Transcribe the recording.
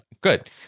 good